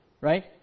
right